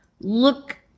look